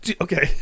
okay